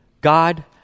God